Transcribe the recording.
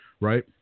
right